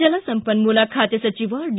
ಜಲಸಂಪನ್ಮೂಲ ಖಾತೆ ಸಚಿವ ಡಿ